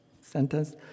sentence